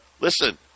listen